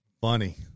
funny